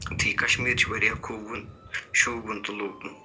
تہٕ یہِ کَشمیٖر چھِ واریاہ خوٗبوُن شوٗبوُن تہٕ لوٗبوُن